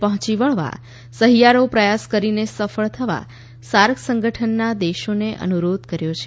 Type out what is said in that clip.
પહોંચી વળવા સહિયારો પ્રયાસ કરીને સફળ થવા સાર્ક સંગઠનના દેશોને અનુરોધ કર્યો છે